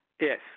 Yes